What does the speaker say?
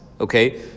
Okay